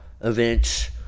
events